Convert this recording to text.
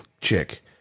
chick